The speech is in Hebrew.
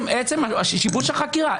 שיבוש החקירה.